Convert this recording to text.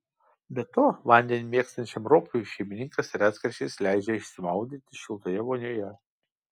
be to vandenį mėgstančiam ropliui šeimininkas retkarčiais leidžia išsimaudyti šiltoje vonioje